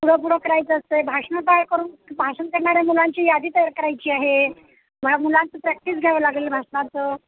पुढं पुढं करायचं असतं आहे भाषणं तयार करून भाषण करणाऱ्या मुलांची यादी तयार करायची आहे मुलांचं प्रॅक्टिस घ्यावं लागेल भाषणाचं